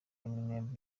eminem